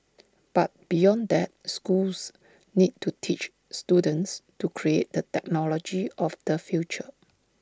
but beyond that schools need to teach students to create the technology of the future